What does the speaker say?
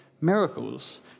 miracles